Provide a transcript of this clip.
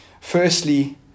Firstly